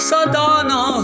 Sadana